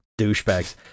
Douchebags